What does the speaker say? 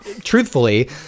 truthfully